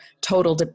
total